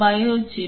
bio chip